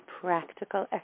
practical